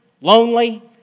lonely